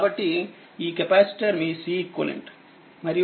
కాబట్టి ఈ కెపాసిటర్మీCeqమరియు ఇది1Ceq అవుతుంది